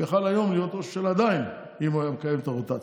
הוא היה יכול עדיין להיות היום ראש ממשלה אם הוא היה מקיים את הרוטציה.